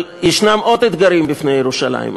אבל יש עוד אתגרים בפני ירושלים.